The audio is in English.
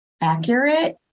accurate